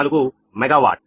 4 megawatt